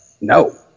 No